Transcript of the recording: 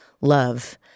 love